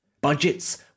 Budgets